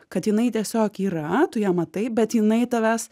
kad jinai tiesiog yra tu ją matai bet jinai tavęs